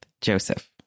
Joseph